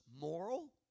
moral